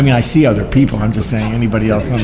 i mean, i see other people, i'm just saying anybody else